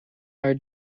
our